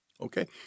Okay